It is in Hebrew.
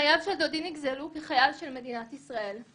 חייו של דודי נגזלו כחייל של מדינת ישראל,